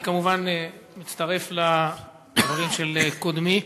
אני כמובן מצטרף לדברים של קודמי.